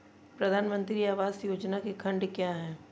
प्रधानमंत्री आवास योजना के खंड क्या हैं?